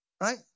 Right